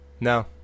No